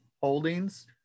holdings